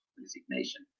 resignation